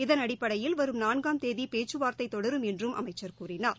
இதன் அடிப்படையில் வரும் நான்காம் தேதி பேச்சுவார்த்தை தொடரும் என்றும் அமைச்ச் கூறினார்